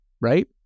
right